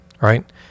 right